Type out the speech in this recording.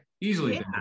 Easily